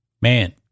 Man